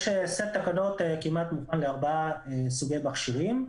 יש סט תקנות כמעט מוכן לארבעה סוגי מכשירים.